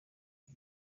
اون